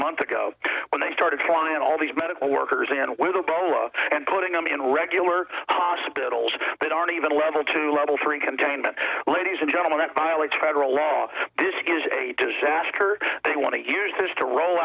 month ago when they started flying all these medical workers and whether bella and putting them in regular hospitals that aren't even level to level three containment ladies and gentlemen that violates federal law this is a disaster they want to use this to roll